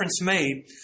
made